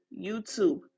YouTube